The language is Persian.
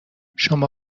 شما